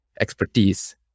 expertise